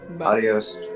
Adios